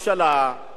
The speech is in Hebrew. השרים,